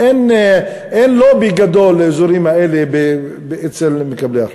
אין לובי גדול לאזורים האלה אצל מקבלי ההחלטות.